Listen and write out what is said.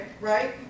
right